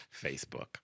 Facebook